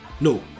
no